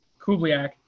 Kubliak